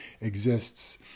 Exists